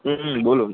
হুম বলুন